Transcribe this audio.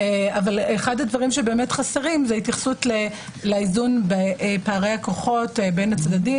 אחד הדברים החסרים זה התייחסות לאיזון בפערי הכוחות בין הצדדים,